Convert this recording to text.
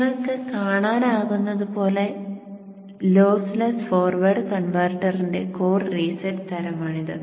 നിങ്ങൾക്ക് കാണാനാകുന്നതുപോലെ lossless forward കൺവെർട്ടറിന്റെ കോർ റീസെറ്റ് തരമാണിത്